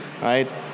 right